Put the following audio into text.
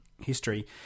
History